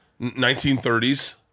1930s